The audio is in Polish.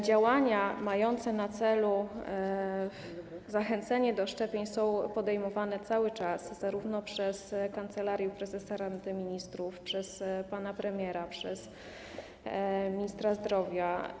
Działania mające na celu zachęcenie do szczepień są podejmowane cały czas przez Kancelarię Prezesa Rady Ministrów, przez pana premiera, przez ministra zdrowia.